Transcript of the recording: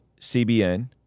CBN